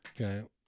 Okay